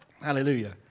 Hallelujah